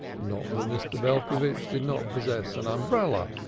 not that mr. belcovitch did not possess an umbrella.